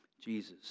Jesus